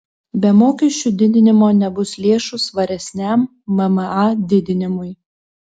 be mokesčių didinimo nebus lėšų svaresniam mma didinimui